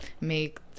make